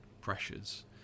pressures